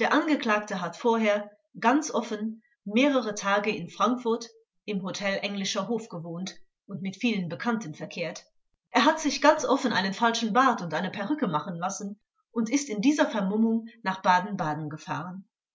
der angeklagte hat vorher ganz offen mehrere tage in frankfurt im hotel englischer hof gewohnt und mit vielen bekannten verkehrt er hat sich ganz offen einen falschen bart und eine perücke machen lassen und ist in dieser vermummung nach baden-baden gefahren